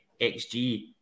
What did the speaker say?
XG